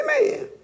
Amen